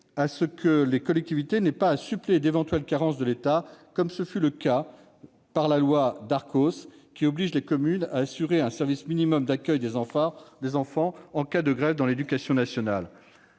à ce que les collectivités n'aient pas à suppléer d'éventuelles carences de l'État, comme ce fut le cas avec la loi Darcos, qui oblige les communes à assurer un service minimum d'accueil des enfants en cas de grève dans l'éducation nationale.